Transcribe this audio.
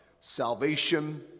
salvation